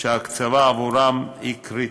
שהקצבה עבורם היא קריטית.